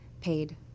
paid